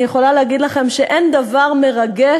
אני יכולה להגיד לכם שאין דבר מרגש